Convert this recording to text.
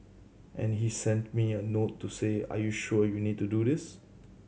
and he sent me a note to say are you sure you need to do this